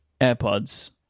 AirPods